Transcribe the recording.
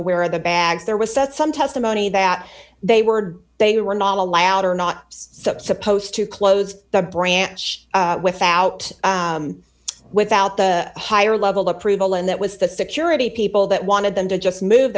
aware of the bag there was set some testimony that they were they were not allowed or not some supposed to close the branch without without the higher level approval and that was the security people that wanted them to just move